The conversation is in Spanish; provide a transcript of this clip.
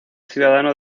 ciudadano